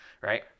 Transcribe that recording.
right